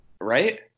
right